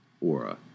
aura